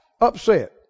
upset